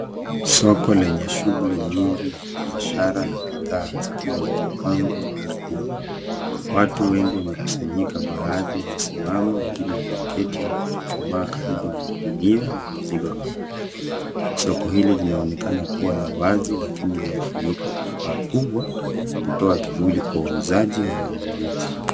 Soko lenye shughuli nyingi ya kibiashara, na bidhaa zikiwa zimepangwa ardhini. Watu wengi wamekusanyika, baadhi wamesimama, wengine wameketi, au kuchuchumaa karibu na magunia na mizigo mikubwa. Soko hili linaonekana kua la wazi ,lakini limefunikwa kwa paa kubwa, kutoa kivuli kwa wauzaji na wanunuzi.